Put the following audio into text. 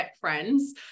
friends